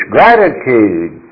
Gratitude